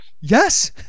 Yes